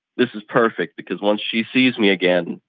this is perfect because once she sees me again,